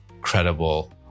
credible